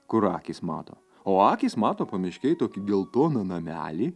kur akys mato o akys mato pamiškėj tokį geltoną namelį